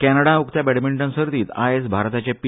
कॅनडा उक्त्या बॅडमिंटन सर्तीत आयज भारताचे पी